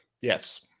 Yes